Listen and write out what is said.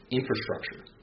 infrastructure